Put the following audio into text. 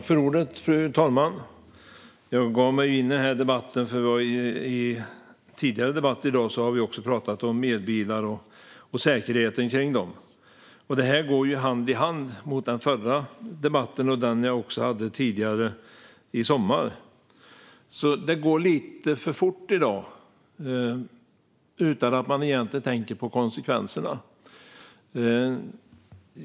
Fru talman! Jag gav mig in i den här debatten eftersom vi även i en tidigare debatt i dag har pratat om elbilar och säkerheten kring dem. Det här går hand i hand med den förra debatten och även med den jag hade tidigare i sommar. Det går lite för fort i dag, utan att man egentligen tänker på konsekvenserna.